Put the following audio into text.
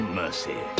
mercy